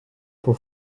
for